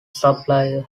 supplier